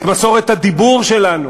את מסורת הדיבור שלנו,